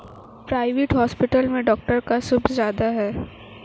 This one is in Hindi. प्राइवेट हॉस्पिटल में डॉक्टर का शुल्क ज्यादा है